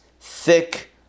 thick